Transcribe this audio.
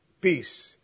peace